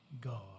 God